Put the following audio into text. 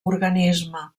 organisme